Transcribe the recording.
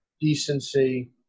decency